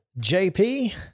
JP